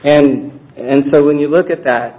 and and so when you look at that